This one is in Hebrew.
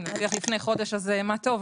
אם נצליח לפני חודש מה טוב.